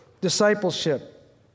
discipleship